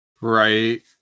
Right